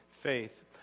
faith